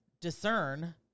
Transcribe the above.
discern